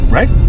Right